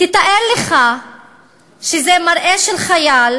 תאר לך שזה מראה של חייל